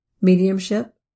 mediumship